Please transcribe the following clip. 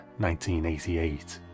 1988